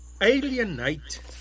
alienate